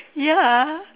ya